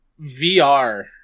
VR